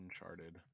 uncharted